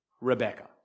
Rebecca